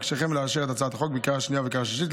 אבקשכם לאשר את הצעת החוק בקריאה השנייה ובקריאה השלישית.